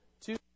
two